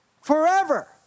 Forever